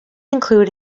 include